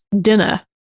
dinner